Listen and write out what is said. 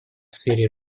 сфере